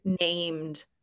named